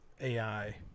AI